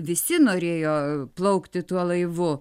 visi norėjo plaukti tuo laivu